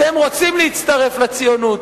אתם רוצים להצטרף לציונות,